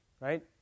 right